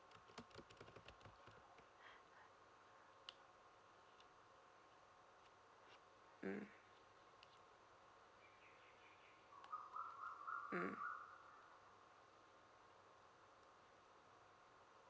mm mm